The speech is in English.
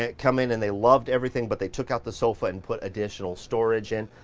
ah come in and they loved everything but they took out the sofa and put additional storage in.